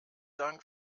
dank